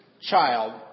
child